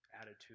attitude